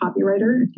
copywriter